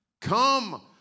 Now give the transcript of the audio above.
come